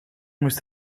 moest